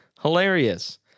Hilarious